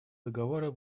договора